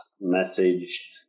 message